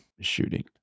shooting